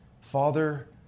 Father